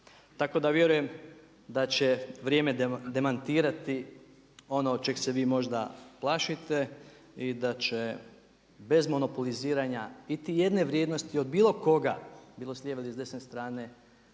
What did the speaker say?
Tako da vjerujem da će vrijeme demantirati ono čeg se vi možda plašite i da će bez monopoliziranja iti jedne vrijednosti od bilo koga, bilo s lijeve ili s desne strane